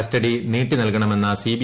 custody നീട്ടിനൽകണമെന്നുസില്ലി